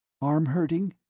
arm hurting?